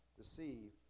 deceive